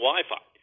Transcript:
Wi-Fi